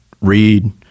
read